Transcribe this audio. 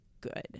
good